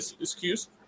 excuse